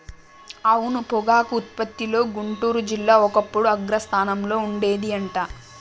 అవును పొగాకు ఉత్పత్తిలో గుంటూరు జిల్లా ఒకప్పుడు అగ్రస్థానంలో ఉండేది అంట